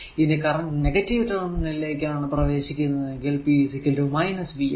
ഇനി current negative terminal ലൂടെയാണ് പ്രവേശിക്കുന്നതെങ്കിൽ p vi